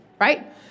right